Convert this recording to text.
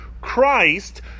christ